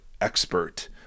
expert